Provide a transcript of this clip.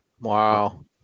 Wow